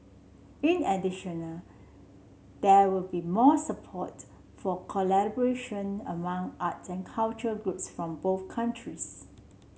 in additional there will be more support for collaboration among art and culture groups from both countries